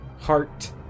Heart